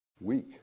weak